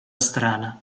strana